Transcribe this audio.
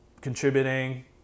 contributing